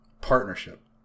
partnership